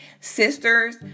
Sisters